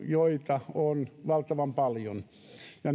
joita on valtavan paljon ja